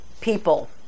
people